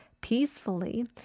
peacefully